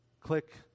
click